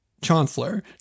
Chancellor